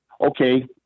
Okay